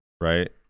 right